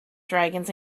dragons